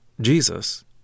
Jesus